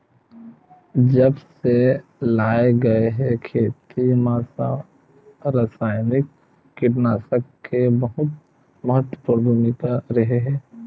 जब से लाए गए हे, खेती मा रासायनिक कीटनाशक के बहुत महत्वपूर्ण भूमिका रहे हे